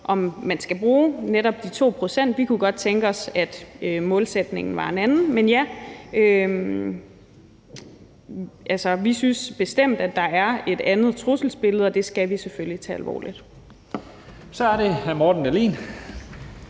at man skal bruge netop de 2 pct. Vi kunne godt tænke os, at målsætningen var en anden. Men ja, vi synes bestemt, at der er et andet trusselsbillede, og det skal vi selvfølgelig tage alvorligt. Kl. 17:26 Første